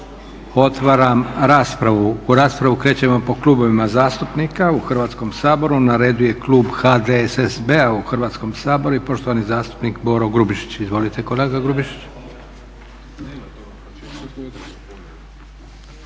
Otvaram raspravu. U raspravu krećemo po klubovima zastupnika u Hrvatskom saboru. Na redu je klub HDSSB-a u Hrvatskom saboru i poštovani zastupnik Boro Grubišić. Izvolite kolega Grubišić.